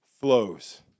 flows